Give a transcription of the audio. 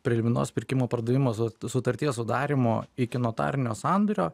preliminarios pirkimo pardavimo sutarties sudarymo iki notarinio sandorio